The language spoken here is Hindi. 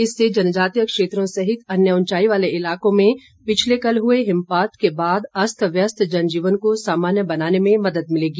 इससे जनजातीय क्षेत्रों सहित अन्य ऊंचाई वाले इलाकों में पिछले कल हुए हिमपात के बाद अस्त व्यस्त जनजीवन को सामान्य बनाने में मदद मिलेगी